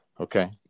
Okay